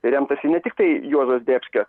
remtasi ne tiktai juozo zdebskio